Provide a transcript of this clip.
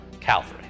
Calvary